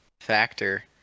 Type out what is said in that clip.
factor